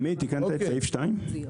סגן